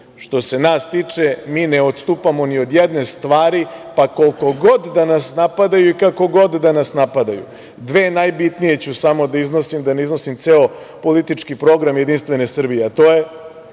se nas tiče, mi ne odstupamo ni od jedne stvari, pa koliko god da nas napadaju i kako god da nas napadaju. Dve najbitnije ću samo da iznesem, da ne iznosim ceo politički program Jedinstvene Srbije, a to je